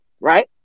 right